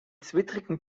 zwittrigen